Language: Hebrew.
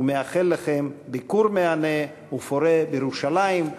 ומאחל לכם ביקור מהנה ופורה בירושלים.